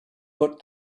put